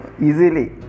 Easily